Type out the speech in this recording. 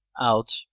out